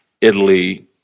Italy